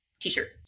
t-shirt